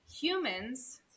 Humans